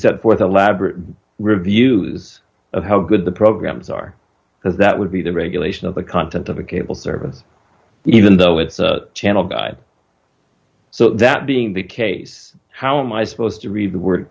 set forth a lab reviews of how good the programs are because that would be the regulation of the content of a cable service even though it's a channel guide so that being the case how am i supposed to read the word